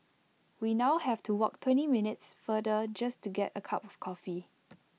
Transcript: we now have to walk twenty minutes farther just to get A cup of coffee